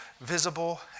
visible